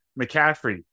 McCaffrey